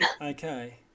Okay